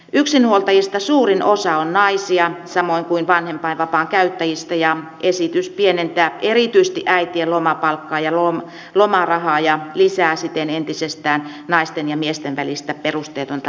yksinhuoltajista suurin osa on naisia samoin kuin vanhempainvapaan käyttäjistä ja esitys pienentää erityisesti äitien lomapalkkaa ja lomarahaa ja lisää siten entisestään naisten ja miesten välistä perusteetonta palkkaeroa